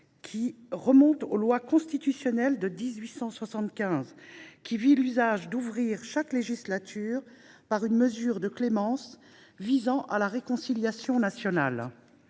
qui remonte aux lois constitutionnelles de 1875. Après cette date, il était d’usage d’ouvrir chaque législature par une mesure de clémence visant à la réconciliation nationale.